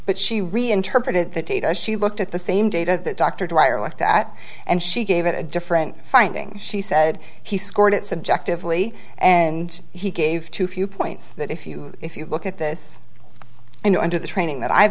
but she reinterpreted the data she looked at the same data that dr dwyer looked at and she gave it a different finding she said he scored it subjectively and he gave to a few points that if you if you look at this you know under the training that i've